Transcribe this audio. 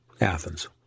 Athens